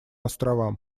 островам